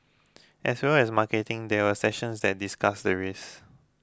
as well as marketing there were sessions that discussed the risk